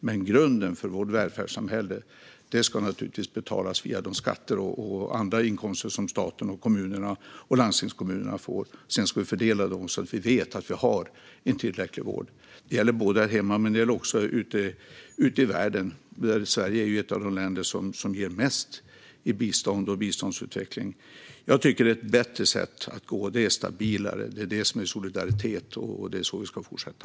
Men grunden för vårt välfärdssamhälle ska naturligtvis betalas via de skatter och andra inkomster som staten, kommunerna och landstingen får. Sedan ska de fördelas så att vi vet att vi har en tillräcklig vård. Detta gäller här hemma men också ute i världen. Sverige är ju ett av de länder som ger mest i bistånd och till biståndsutveckling. Jag tycker att detta är ett bättre sätt. Det är stabilare, och det är det som är solidaritet. Det är så vi ska fortsätta.